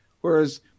Whereas